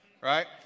right